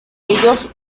ellos